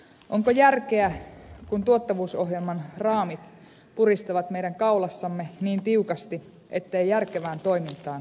onko järkeä kun tuottavuusohjelman raamit puristavat meidän kaulassamme niin tiukasti ettei järkevään toimintaan ole varaa